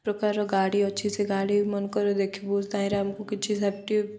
ପ୍ରକାର ଗାଡ଼ି ଅଛି ସେ ଗାଡ଼ି ମାନଙ୍କରେ ଦେଖିବୁ ତାହିଁରେ ଆମକୁ କିଛି ସେଫ୍ଟି